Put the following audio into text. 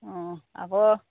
অঁ আকৌ